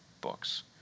books